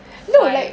like